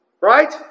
Right